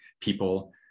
people